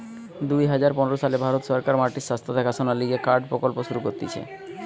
দুই হাজার পনের সালে ভারত সরকার মাটির স্বাস্থ্য দেখাশোনার লিগে কার্ড প্রকল্প শুরু করতিছে